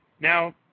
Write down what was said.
now